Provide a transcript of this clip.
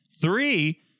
three